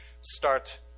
start